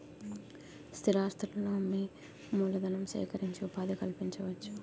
స్థిరాస్తులను అమ్మి మూలధనం సేకరించి ఉపాధి కల్పించవచ్చు